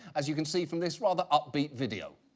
as you can see from this rather upbeat video.